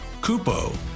Kupo